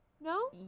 no